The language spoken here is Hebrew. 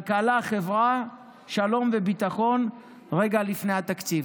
כלכלה, חברה, שלום וביטחון, רגע לפני התקציב.